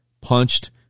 punched